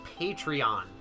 Patreon